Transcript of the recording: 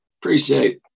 Appreciate